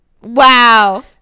Wow